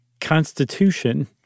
constitution